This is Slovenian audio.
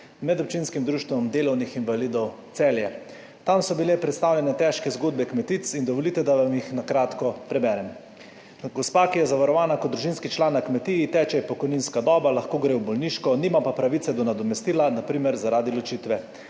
Medobčinskim društvom delovnih invalidov Celje. Tam so bile predstavljene težke zgodbe kmetic in dovolite, da vam jih na kratko preberem. Gospe, ki je zavarovana kot družinski član na kmetiji, teče pokojninska doba, lahko gre v bolniško, nima pa pravice do nadomestila na primer zaradi ločitve,